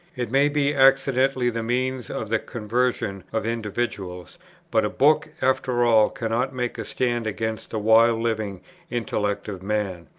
it may be accidentally the means of the conversion of individuals but a book, after all, cannot make a stand against the wild living intellect of man,